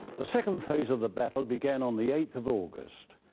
the second phase of the battle began on the eighth of august.